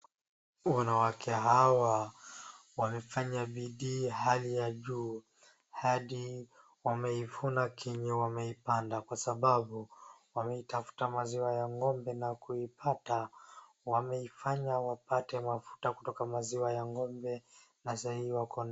Wanawake hawa wamefanya bidii ya hali juu hadi wameivuna kenye wameipanda kwa sababu wameitafuta maziwa ya ng'ombe na kuipata. Wameifanya wapate mafuta kutoka maziwa ya ng'ombe na saa hii wakona.